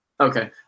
okay